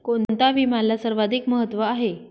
कोणता विम्याला सर्वाधिक महत्व आहे?